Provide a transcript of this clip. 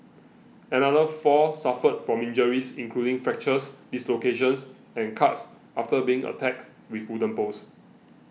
another four suffered from injuries including fractures dislocations and cuts after being attacked with wooden poles